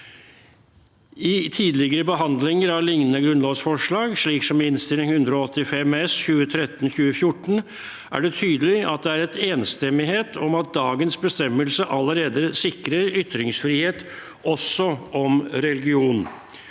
I tidligere behandlinger av lignende grunnlovsforslag, slik som i Innst. 185 S for 2013–2014, er det tydelig at det er enstemmighet om at dagens bestemmelse allerede sikrer ytringsfrihet, også om religion.